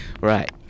right